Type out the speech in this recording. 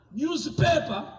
newspaper